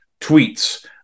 tweets